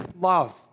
love